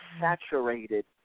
saturated